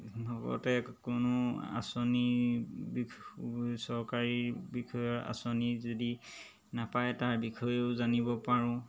লগতে কোনো আঁচনি বিষয় চৰকাৰী বিষয়ৰ আঁচনি যদি নাপায় তাৰ বিষয়েও জানিব পাৰোঁ